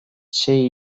sei